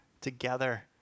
together